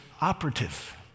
operative